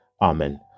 Amen